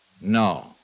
No